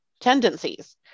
tendencies